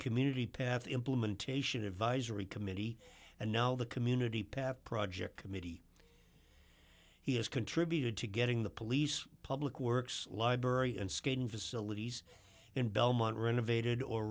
community path implementation advisory committee and now the community passed project committee he has contributed to getting the police public works library and skating facilities in belmont renovated or